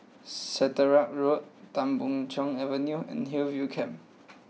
Caterick Road Tan Boon Chong Avenue and Hillview Camp